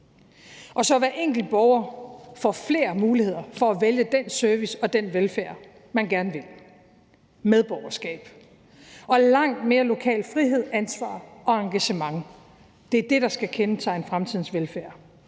og så hver enkelt borger får flere muligheder for at vælge den service og den velfærd, man gerne vil. Medborgerskab og langt mere lokal frihed, ansvar og engagement er det, der skal kendetegne fremtidens velfærd.